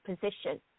position